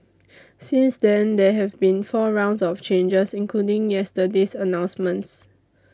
since then there have been four rounds of changes including yesterday's announcements